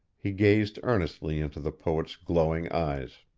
he gazed earnestly into the poet's glowing eyes.